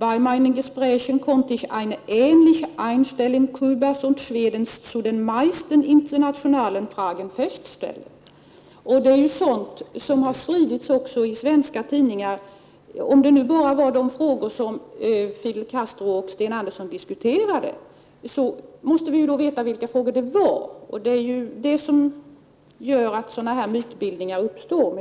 ”Bei meinen Gesprächen konnte ich eine ähnliche Einstellung Kubas und Schwedens zu den meisten internationalen Fragen festställen.” Det är sådant som också har skrivits i svenska tidningar. Om det bara gällde sådana frågor som Fidel Castro och Sten Andersson diskuterade måste vi också veta vilka frågor det var. Det är oklarheten om det som gör att mytbildningar uppstår.